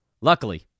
Luckily